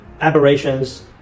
aberrations